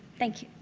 thank you.